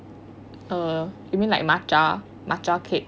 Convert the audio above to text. err you mean like matcha matcha cake